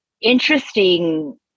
interesting